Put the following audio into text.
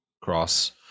cross